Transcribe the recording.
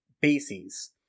bases